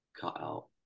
cutout